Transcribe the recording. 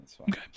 Okay